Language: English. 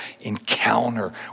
encounter